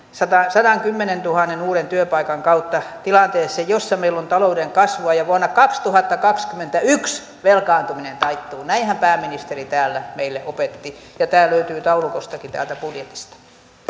sadankymmenentuhannen uuden työpaikan kautta tilanteessa jossa meillä on talouden kasvua ja että vuonna kaksituhattakaksikymmentäyksi velkaantuminen taittuu näinhän pääministeri täällä meille opetti ja tämä löytyy taulukostakin täältä budjetista